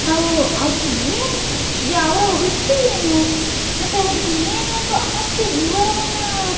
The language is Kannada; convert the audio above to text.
ನಾವು ಅವ್ರ ಏನು ಅವರ ವೃತ್ತಿ ಏನು ಮತ್ತು ಅವರಲ್ಲಿ ಏನು ಒಂದು ಆಸ್ತಿ ವಿವರವನ್ನು